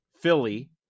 Philly